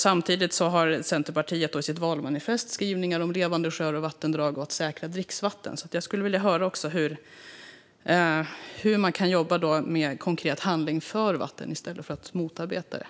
Samtidigt har Centerpartiet i sitt valmanifest skrivningar om levande sjöar och vattendrag och att säkra dricksvatten. Jag skulle därför vilja höra hur man kan jobba mer konkret för vatten i stället för att motarbeta det.